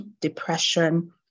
depression